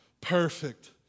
perfect